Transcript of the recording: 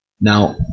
Now